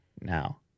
now